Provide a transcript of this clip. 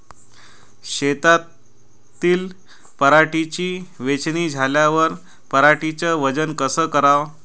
शेतातील पराटीची वेचनी झाल्यावर पराटीचं वजन कस कराव?